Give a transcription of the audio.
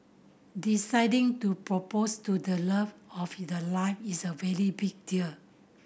deciding to propose to the love of you the life is a very big deal